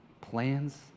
plans